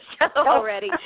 already